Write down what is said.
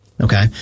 Okay